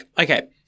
okay